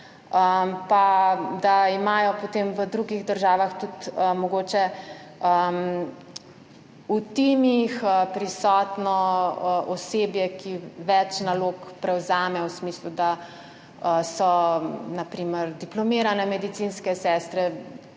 da imajo potem v drugih državah tudi mogoče v timih prisotno osebje, ki več nalog prevzame v smislu, da so na primer diplomirane medicinske sestre